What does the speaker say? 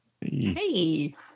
Hey